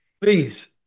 Please